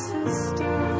Sister